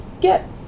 get